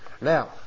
now